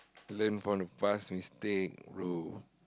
learn from the past instead bro